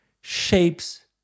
shapes